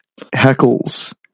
heckles